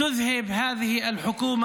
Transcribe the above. אינה נוכחת,